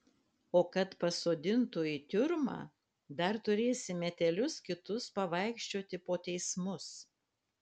o kad pasodintų į tiurmą dar turėsi metelius kitus pavaikščioti po teismus